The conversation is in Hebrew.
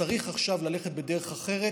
צריך עכשיו ללכת בדרך אחרת,